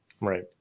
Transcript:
Right